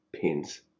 pins